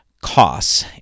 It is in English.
costs